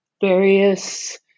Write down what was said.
various